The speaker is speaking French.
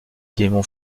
démon